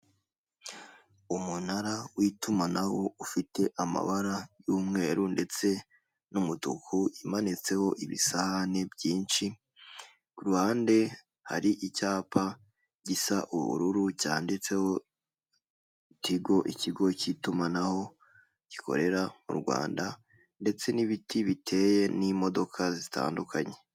Umunara w'itumanaho ufite amabara y'umweru ndetse n'umutuku, imanitseho ibisahane byinshi, ku ruhande hari icyapa gisa ubururu cyanditseho tigo ikigo cy'itumanaho gikorera mu Rwanda ndetse n'ibiti biteye n'imodoka zitandukanye.